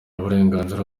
uburenganzira